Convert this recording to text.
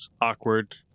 awkward